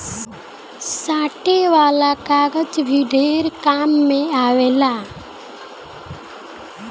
साटे वाला कागज भी ढेर काम मे आवेला